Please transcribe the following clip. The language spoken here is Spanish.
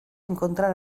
encontrar